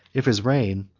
if his reign,